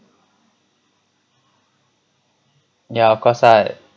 ya cause I